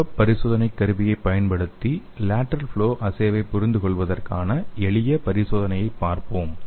கர்ப்ப பரிசோதனைக் கருவியைப் பயன்படுத்தி லேடெரல் ஃப்ளொ அஸ்ஸேவை புரிந்துகொள்வதற்கான எளிய பரிசோதனையைப் பார்ப்போம்